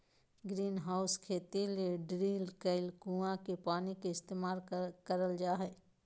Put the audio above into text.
greenhouse खेती ले drill करल कुआँ के पानी के इस्तेमाल करल जा हय